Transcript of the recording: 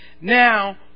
now